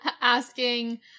asking